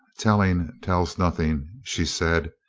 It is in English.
telling tells nothing, she said.